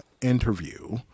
interview